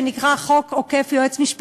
שנקרא חוק עוקף-יועץ-משפטי-לממשלה,